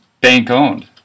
bank-owned